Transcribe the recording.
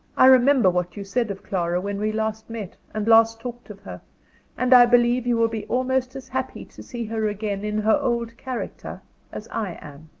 i remember what you said of clara, when we last met, and last talked of her and i believe you will be almost as happy to see her again in her old character as i am.